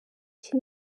iki